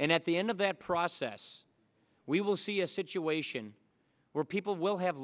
and the end of that process we will see a situation where people will have